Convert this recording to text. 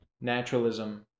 naturalism